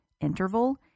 interval